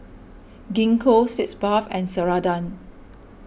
Gingko Sitz Bath and Ceradan